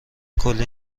کلی